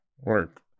work